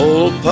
Old